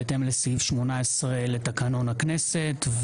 בהתאם לסעיף 18 לתקנון הכנסת.